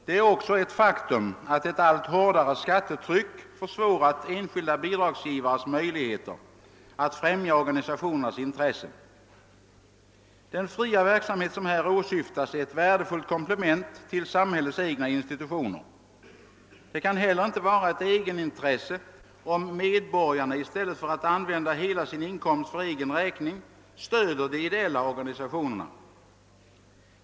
Det är också ett faktum att ett allt hårdare skattetryck försvårat enskilda bidragsgivares möjligheter att främja organisationernas intressen. Den fria verksamhet som här åsyftas är ett värdefullt komplement till samhällets egna institutioner. Det kan heller inte vara ett egenintresse om medborgarna i stället för att använda hela sin inkomst för egen räkning stöder de ideella organisationerna.